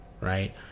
Right